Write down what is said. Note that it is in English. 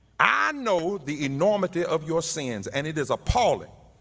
and know the enormity of your sins and it is appalling.